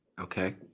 Okay